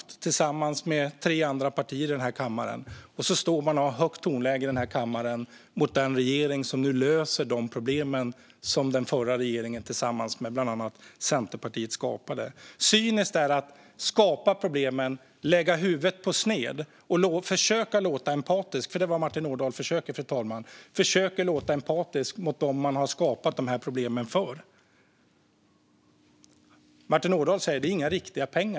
Tillsammans med tre andra partier i den här kammaren lägger man ned kärnkraft, och sedan står man i kammaren och har högt tonläge mot den regering som nu löser de problem som den förra regeringen skapade tillsammans med bland andra Centerpartiet. Cyniskt är att skapa problemen, lägga huvudet på sned och försöka låta empatisk - det är vad Martin Ådahl försöker göra, fru talman - inför dem man har skapat problemen för. Martin Ådahl säger att det inte är riktiga pengar.